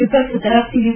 વિપક્ષ તરફથી યુ